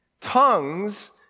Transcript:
Tongues